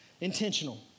Intentional